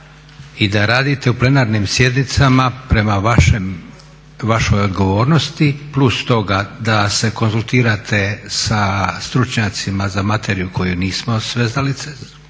i da radite u plenarnim sjednicama prema vašoj odgovornosti, plus toga da se konzultirate sa stručnjacima za materiju koju ne znamo,